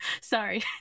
Sorry